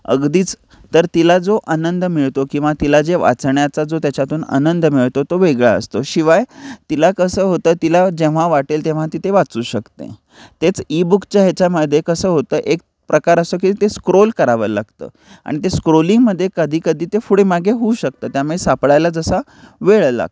अगदीच तर तिला जो आनंद मिळतो किंवा तिला जे वाचण्याचा जो त्याच्यातून आनंद मिळतो तो वेगळा असतो शिवाय तिला कसं होतं तिला जेव्हा वाटेल तेव्हा ती ते वाचू शकते तेच ईबुकच्या ह्याच्यामध्ये कसं होतं एक प्रकार असतो की ते स्क्रोल करावं लागतं आणि ते स्क्रोलिंगमध्ये कधी कधी ते पुढे मागे होऊ शकतं त्यामुळे सापडायला जसा वेळ लागतो